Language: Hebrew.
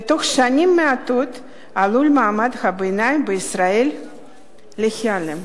ובתוך שנים מעטות עלול מעמד הביניים בישראל להיעלם.